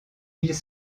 îles